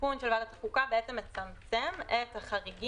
התיקון של ועדת חוקה מצמצם את החריגים,